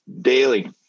daily